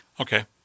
Okay